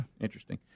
Interesting